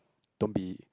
don't be